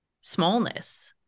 smallness